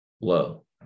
low